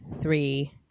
three